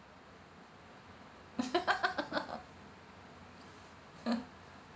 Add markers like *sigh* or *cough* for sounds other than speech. *laughs*